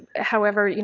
however,